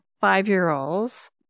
five-year-olds